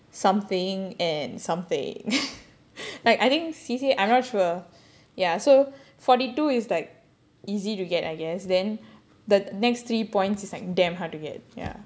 something and something like I think C_C_A I'm not sure ya so forty two is like easy to get I guess then the next three points is like damn hard to get ya